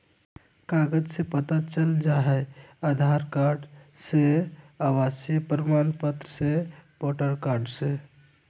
कागज से पता चल जाहई, आधार कार्ड से, आवासीय प्रमाण पत्र से, वोटर कार्ड से?